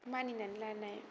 मानिनानै लानाय